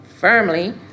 firmly